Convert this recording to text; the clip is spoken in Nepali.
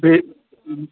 ए